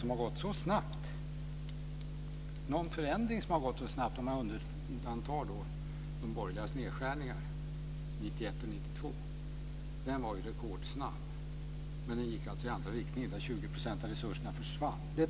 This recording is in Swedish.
Jag kan inte tänka mig någon förändring som har gått så snabbt. Men de gick alltså i andra riktningen, 20 % av resurserna försvann.